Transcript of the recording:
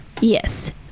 Yes